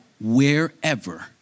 wherever